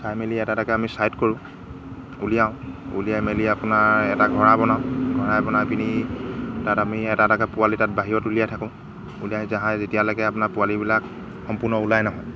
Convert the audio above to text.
চাই মেলি এটা এটাকৈ আমি ছাইড কৰোঁ উলিয়াওঁ উলিয়াই মেলি আপোনাৰ এটা ঘৰা বনাওঁ ঘৰা বনাই পিনি তাত আমি এটা এটাকৈ পোৱালি তাত বাহিৰত উলিয়াই থাকোঁ উলিয়াই যাহাই যেতিয়ালৈকে আপোনাৰ পোৱালিবিলাক সম্পূৰ্ণ ওলাই নহয়